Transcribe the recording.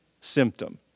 symptom